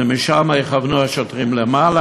ומשם יכוונו השוטרים למעלה.